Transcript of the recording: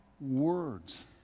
words